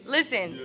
Listen